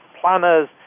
planners